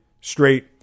straight